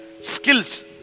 skills